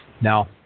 Now